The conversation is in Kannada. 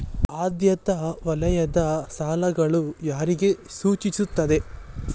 ಆದ್ಯತಾ ವಲಯದ ಸಾಲಗಳು ಯಾರಿಗೆ ಸೂಚಿಸುತ್ತವೆ?